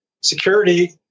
security